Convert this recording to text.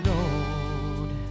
Lord